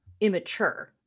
immature